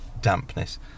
dampness